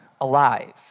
alive